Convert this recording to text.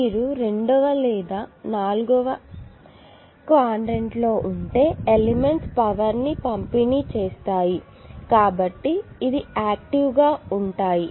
మీరు రెండవ లేదా నాల్గవ క్వాడ్రంట్ లో ఉంటే ఎలెమెంట్స్ పవర్ ని పంపిణీ చేస్తాయి కాబట్టి అది యాక్టివ్ గా ఉంటాయి